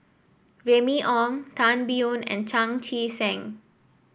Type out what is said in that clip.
Remy Ong Tan Biyun and Chan Chee Seng